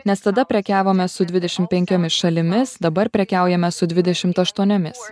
nes tada prekiavome su dvidešim penkiomis šalimis dabar prekiaujame su dvidešimt aštuoniomis